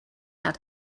out